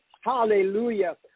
Hallelujah